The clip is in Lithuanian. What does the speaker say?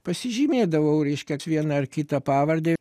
pasižymėdavau reškia aš vieną ar kitą pavardę